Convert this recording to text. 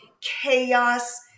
chaos